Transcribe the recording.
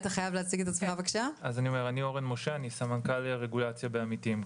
אני סמנכ"ל רגולציה בעמיתים,